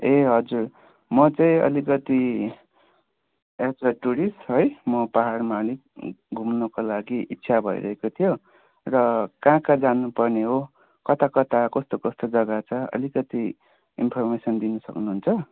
ए हजुर म चाहिँ अलिकति एज फर टुरिस्ट म पहाडमा अलिक घुम्नका लागि इच्छा भइरहेको थियो र कहाँ कहाँ जानुपर्ने हो कता कता कस्तो कस्तो जग्गा छ अलिकति इम्फरमेसन दिन सक्नुहुन्छ